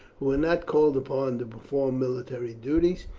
who were not called upon to perform military duties,